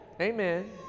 Amen